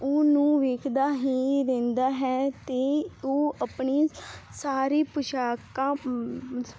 ਉਹਨੂੰ ਵੇਖਦਾ ਹੀ ਰਹਿੰਦਾ ਹੈ ਤੇ ਉਹ ਆਪਣੀ ਸਾਰੀ ਪੁਸ਼ਾਕਾਂ